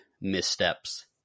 missteps